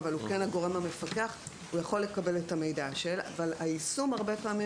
אבל הוא כן הגורם המפקח יכול לקבל את המידע; אבל הרבה פעמים